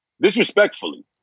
Disrespectfully